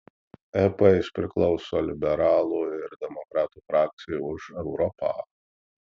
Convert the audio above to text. ep jis priklauso liberalų ir demokratų frakcijai už europą